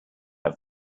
have